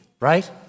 right